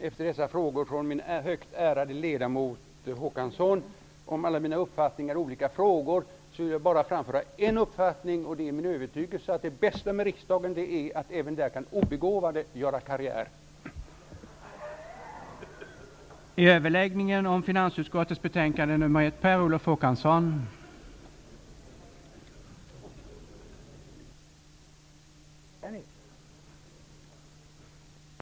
Efter dessa frågor från den högt ärade ledamoten Håkansson om mina uppfattningar i olika frågor vill jag bara framföra en uppfattning, nämligen min övertygelse att det bästa med riksdagen är att även obegåvade kan göra karriär här.